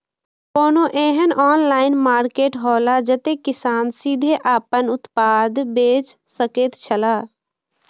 कोनो एहन online market हौला जते किसान सीधे आपन उत्पाद बेच सकेत छला?